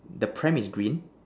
the pram is green